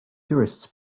tourists